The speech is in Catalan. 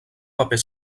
paper